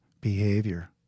behavior